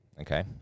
okay